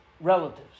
Relatives